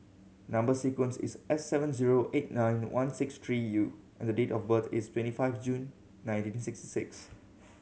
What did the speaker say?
number sequence is S seven zero eight nine one six three U and the date of birth is twenty five June nineteen sixty six